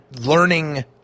learning